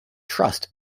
trust